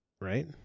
right